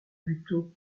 buteau